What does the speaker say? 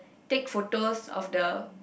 take photos of the